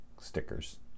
stickers